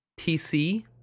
TC